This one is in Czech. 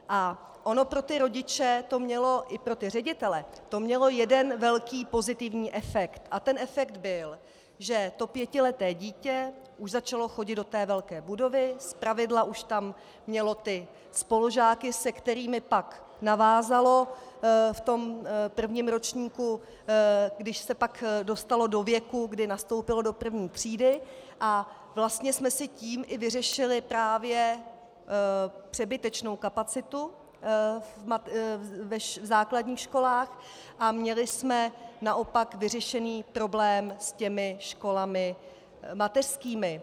A ono to pro ty rodiče i pro ty ředitele mělo jeden velký pozitivní efekt a ten efekt byl, že pětileté dítě už začalo chodit do té velké budovy, zpravidla už tam mělo spolužáky, se kterými pak navázalo v prvním ročníku, když se pak dostalo do věku, kdy nastoupilo do první třídy, a vlastně jsme si tím vyřešili právě přebytečnou kapacitu v základních školách a měli jsme naopak vyřešený problém s těmi školami mateřskými.